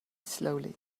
slowly